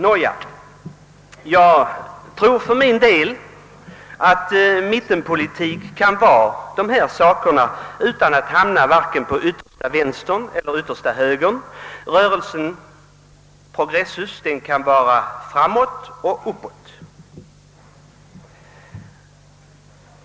Nåja, jag tror för min del att mittenpolitiken kan vara sådan utan att hamna varken på yttersta vänstern eller på yttersta högern. Rörelsen, progressus, kan vara framåt eller uppåt.